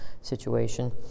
situation